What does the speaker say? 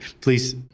please